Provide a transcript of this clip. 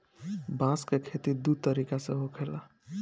बांस के खेती दू तरीका से होखेला